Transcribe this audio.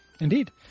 Indeed